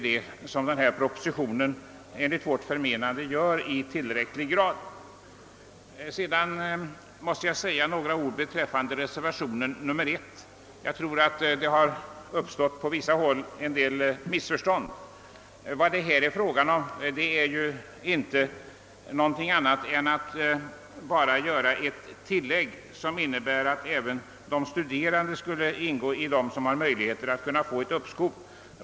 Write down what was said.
Det gör, enligt vårt förmenande, denna proposition i tillräckligt hög grad. Sedan måste jag säga några ord beträffande reservation 1. Jag tror att det har uppstått en del missförstånd på vissa håll. Här är det inte fråga om något annat än att göra ett tillägg, som innebär att även de studerande skulle få möjligheter till uppskov.